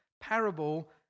parable